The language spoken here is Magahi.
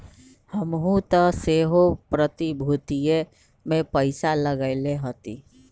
हमहुँ तऽ सेहो प्रतिभूतिय में पइसा लगएले हती